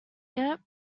yet